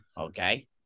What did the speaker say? okay